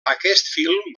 film